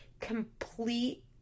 complete